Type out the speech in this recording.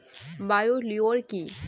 Bio lure কি?